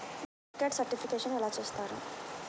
Market certification ఎలా చేస్తారు?